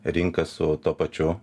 rinką su tuo pačiu